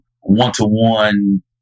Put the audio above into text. one-to-one